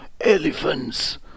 elephants